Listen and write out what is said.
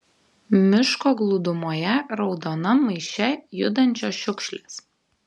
miško glūdumoje raudonam maiše judančios šiukšlės